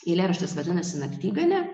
eilėraštis vadinasi naktigonė